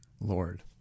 Lord